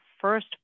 first